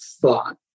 thought